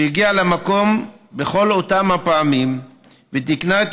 שהגיעה למקום בכל אותן הפעמים ותיקנה את